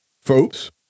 Folks